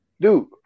Dude